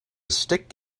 stick